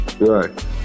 right